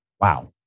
Wow